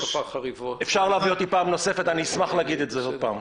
אפשר להזמין אותו שוב, אשמח לומר זאת בשנית.